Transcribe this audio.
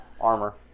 armor